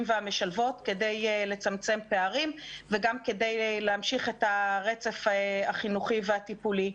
והמשלבות כדי לצמצם פערים וגם כדי להמשיך את הרצף החינוכי והטיפולי.